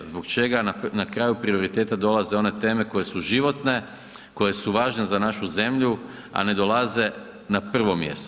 Zbog čega na kraju prioriteta dolaze one teme koje su životne koje su važne za našu zemlju, a ne dolaze na prvo mjesto?